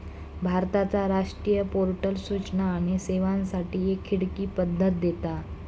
भारताचा राष्ट्रीय पोर्टल सूचना आणि सेवांसाठी एक खिडकी पद्धत देता